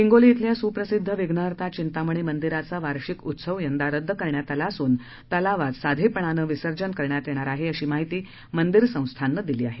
हिंगोली शिल्या सूप्रसिद्ध विघ्नहर्ता चिंतामणी मंदिराचा वार्षिक उत्सव यंदा रद्द करण्यात आला असून तलावात साधेपणानं विसर्जन करण्यात येणार आहे अशी माहिती मंदिर संस्थाननं दिली आहे